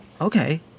Okay